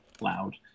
loud